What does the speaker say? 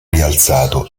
rialzato